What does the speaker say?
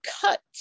cut